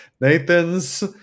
Nathan's